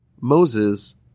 Moses